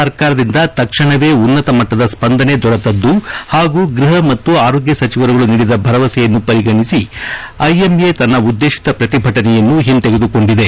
ಸರ್ಕಾರದಿಂದ ತಕ್ಷಣವೇ ಉನ್ನತ ಮಟ್ಟದ ಸ್ಪಂದನೆ ದೊರೆತದ್ದು ಹಾಗೂ ಗೃಹ ಮತ್ತು ಆರೋಗ್ಯ ಸಚಿವರುಗಳು ನೀಡಿದ ಭರವಸೆಯನ್ನು ಪರಿಗಣಿಸಿ ಐಎಂಎ ತನ್ನ ಉದ್ದೇಶಿತ ಪ್ರತಿಭಟನೆಯನ್ನು ಹಿಂತೆಗೆದುಕೊಂಡಿದೆ